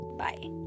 bye